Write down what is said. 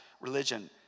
religion